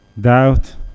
doubt